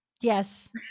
yes